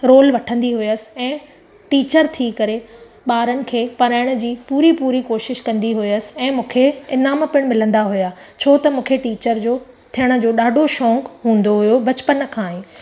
role वठंदी हुयसि ऐं टीचर थी करे ॿारनि खे पढ़ाइण जी पूरी पूरी कोशिशि कंदी हुयसि ऐं मूंखे ईनाम पिणु मिलंदा हुया छो त मूंखे टीचर जो थियण जो ॾाढो शौंक़ु हूंदो हुयो बचपन खां ई